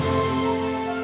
no